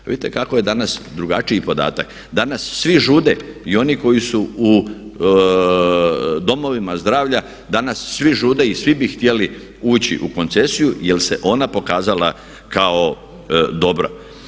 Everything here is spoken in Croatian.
Vidite kako je danas drugačiji podatak, danas svi žude i oni koji su u domovima zdravlja, danas svi žude i svi bi htjeli ući u koncesiju jer se ona pokazala kao dobro.